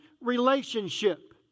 relationship